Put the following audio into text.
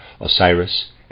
Osiris